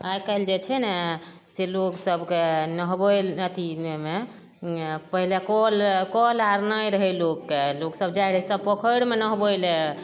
आइकाल्हि जे छै ने से लोगसबके नहबै अथीमे पहिले कल कल आर नहि रहै लोकके लोकसब जाइ रहै सब पोखरिमे नहबै लए